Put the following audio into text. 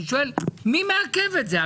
אני שואל מי מעכב את זה?